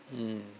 mm